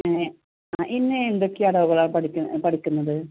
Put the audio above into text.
ഇന്ന് എന്തൊക്കെ അടവുകളാണ് പഠിക്കുന്നത് പഠിക്കുന്നത്